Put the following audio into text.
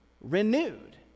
renewed